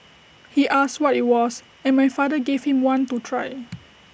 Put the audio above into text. he asked what IT was and my father gave him one to try